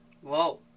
Whoa